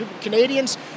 Canadians